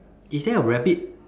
is there a rabbit